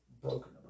broken